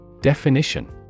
Definition